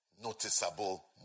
Noticeable